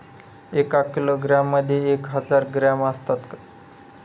एका किलोग्रॅम मध्ये एक हजार ग्रॅम असतात